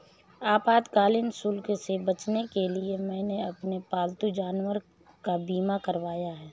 आपातकालीन शुल्क से बचने के लिए मैंने अपने पालतू जानवर का बीमा करवाया है